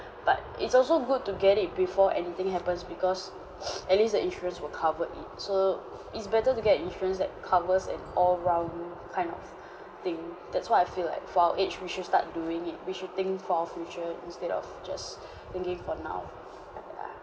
but it's also good to get it before anything happens because at least the insurance will cover it so it's better to get an insurance that covers an all-round kind of thing that's why I feel like for our age we should start doing it we should think for our future instead of just thinking for now